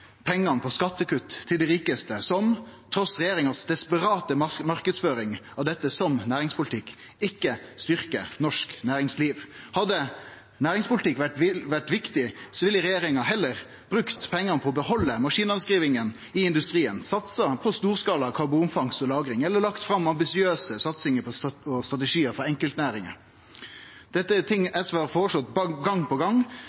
pengane på skattekutt til dei rikaste, som trass i regjeringa si desperate marknadsføring av dette som næringspolitikk, ikkje styrkjer norsk næringsliv. Hadde næringspolitikk vore viktig, ville regjeringa heller brukt pengane på å behalde maskinavskrivingane i industrien, satsa på storskala karbonfangst og -lagring eller lagt fram ambisiøse satsingar og strategiar for enkeltnæringar. Dette er ting SV har føreslått gong på